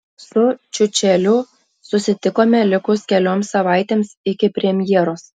su čiučeliu susitikome likus kelioms savaitėms iki premjeros